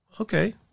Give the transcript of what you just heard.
okay